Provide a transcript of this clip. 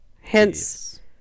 Hence